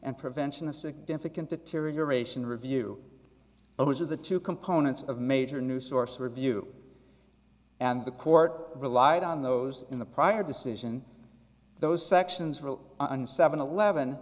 and prevention of significant deterioration review those are the two components of major new source review and the court relied on those in the prior decision those sections rule and seven eleven